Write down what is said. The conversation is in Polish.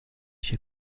się